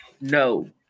no